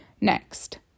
Next